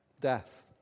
Death